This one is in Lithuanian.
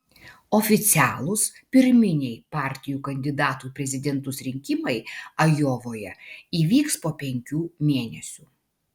oficialūs pirminiai partijų kandidatų į prezidentus rinkimai ajovoje įvyks po penkių mėnesių